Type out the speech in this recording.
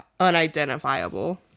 unidentifiable